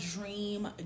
dream